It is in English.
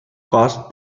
cost